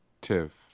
Tiff